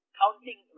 counting